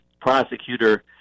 prosecutor